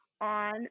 on